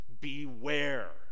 Beware